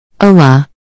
Hola